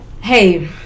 hey